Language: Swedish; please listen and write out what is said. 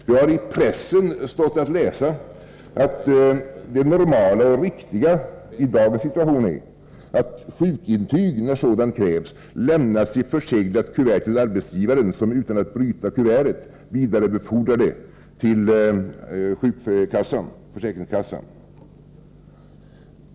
Det har i pressen stått att läsa att det normala och riktiga i dagens situation äratt sjukintyg, när sådant krävs, lämnas i förseglat kuvert till arbetsgivaren, som utan att bryta kuvertet vidarebefordrar detta till försäkringskassan.